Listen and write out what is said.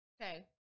Okay